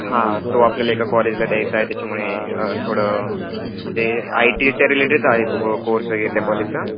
हां तो आपल्याला एका कॉलेजला द्यायचा आहे त्याच्यामुळे थोडं म्हणजे आय टीच्या रिलेटेडच आहे तो कोर्स वगैरे त्या कॉलेजचा